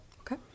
Okay